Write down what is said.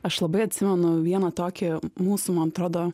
aš labai atsimenu vieną tokį mūsų man atrodo